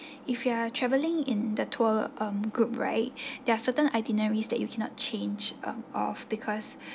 if you are traveling in the tour um group right there are certain itineraries that you cannot change um off because